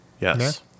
Yes